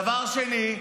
דבר שני,